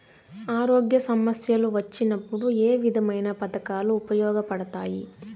ఆరోగ్య సమస్యలు వచ్చినప్పుడు ఏ విధమైన పథకాలు ఉపయోగపడతాయి